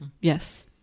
Yes